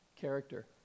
character